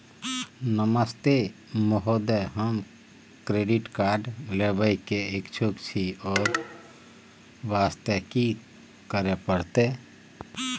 नमस्ते महोदय, हम credit card लेबे के इच्छुक छि ओ वास्ते की करै परतै?